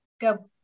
go